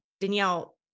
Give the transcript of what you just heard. Danielle